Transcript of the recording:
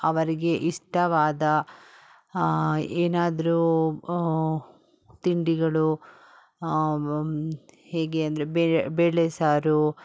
ಅವರಿಗೆ ಇಷ್ಟವಾದ ಏನಾದರೂ ತಿಂಡಿಗಳು ಹೇಗೆ ಅಂದರೆ ಬೇಳೆ ಸಾರು